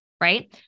right